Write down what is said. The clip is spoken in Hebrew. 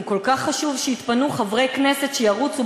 אם כל כך חשוב שיתפנו חברי כנסת שירוצו